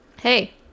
Hey